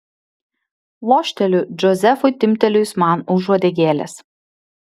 lošteliu džozefui timptelėjus man už uodegėlės